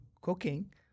cooking